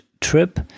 trip